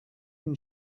can